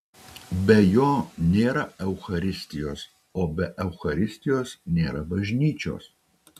be jo nėra eucharistijos o be eucharistijos nėra bažnyčios